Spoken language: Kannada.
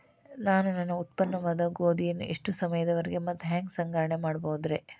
ನಾನು ನನ್ನ ಉತ್ಪನ್ನವಾದ ಗೋಧಿಯನ್ನ ಎಷ್ಟು ಸಮಯದವರೆಗೆ ಮತ್ತ ಹ್ಯಾಂಗ ಸಂಗ್ರಹಣೆ ಮಾಡಬಹುದುರೇ?